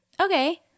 Okay